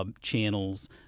Channels